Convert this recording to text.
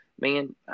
man